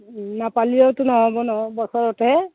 নাপালেওতো নহ'ব নহয় বছৰতহে